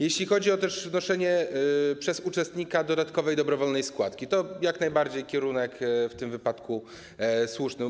Jeśli chodzi o wnoszenie przez uczestnika dodatkowej dobrowolnej składki, to jak najbardziej kierunek jest w tym wypadku też słuszny.